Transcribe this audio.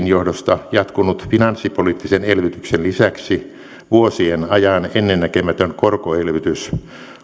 johdosta jatkunut finanssipoliittisen elvytyksen lisäksi vuosien ajan ennennäkemätön korkoelvytys